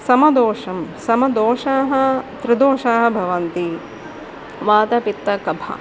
समदोषं समदोषाः त्रिदोषाः भवन्ति वातपित्तकफः